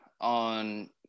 on